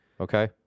okay